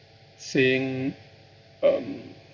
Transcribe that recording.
saying um